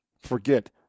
forget